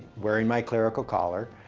wearing my clerical collar,